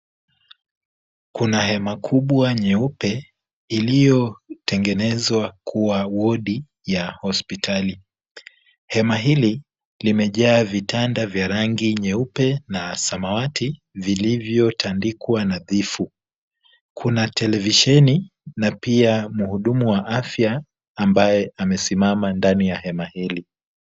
Kuna hema kubwa nyeupe iliyotengenezwa kuwa wodi ya hospitali. Hema hili limejaa vitanda vya rangi nyeupe na samawati, vilivyotandikwa nadhifu. Kuna televisheni na pia mhudumu wa afya ambaye amesimama ndani ya hema hili.